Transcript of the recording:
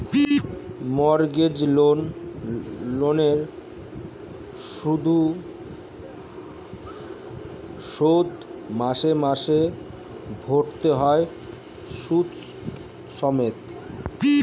mortgage লোনের শোধ মাসে মাসে ভরতে হয় সুদ সমেত